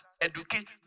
Educate